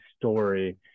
story